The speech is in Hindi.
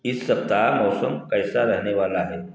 इस सप्ताह मौसम कैसा रहने वाला है